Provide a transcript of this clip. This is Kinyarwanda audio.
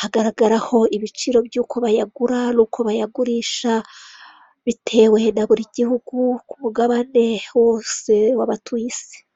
harimo n'mabara y'umuhondo, iruhande rwayo hari ipikipiki itwaye umuntu umwe wambaye agakote k'umuhondo ndetse n'ubururu, ipantaro y'umweru ndetse numupira w'mweru n'undi wambaye umupira wumukara ipantaro y'umuhondo werurutse n'ingofero y'ubururu ahetse n'igikapu cy'umukara.